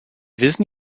wissen